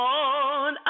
on